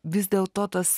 vis dėlto tas